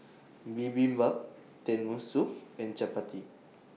Bibimbap Tenmusu and Chapati